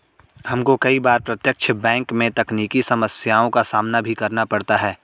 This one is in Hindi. हमको कई बार प्रत्यक्ष बैंक में तकनीकी समस्याओं का सामना भी करना पड़ता है